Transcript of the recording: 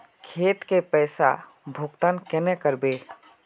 खेत के पैसा भुगतान केना करबे?